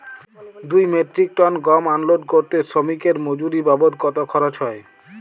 দুই metric tonne গম unload করতে শ্রমিক এর মজুরি বাবদ কত খরচ হয়?